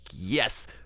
yes